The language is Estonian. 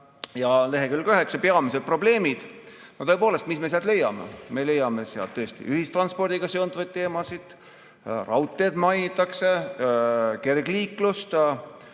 lehekülg 9, peamised probleemid – no tõepoolest, mis me sealt leiame? Me leiame sealt ühistranspordiga seonduvaid teemasid, raudteed mainitakse, samuti kergliiklust,